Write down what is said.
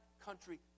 country